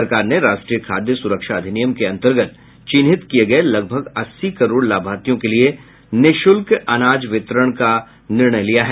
सरकार ने राष्ट्रीय खाद्य सुरक्षा अधिनियम के अन्तर्गत चिन्हित किए गए लगभग अस्सी करोड़ लाभार्थियों के लिए निशुल्क अनाज वितरण का निर्णय लिया है